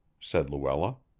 said luella.